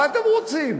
מה אתם רוצים?